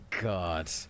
God